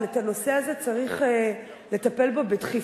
אבל הנושא הזה, צריך לטפל בו בדחיפות.